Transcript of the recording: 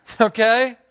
Okay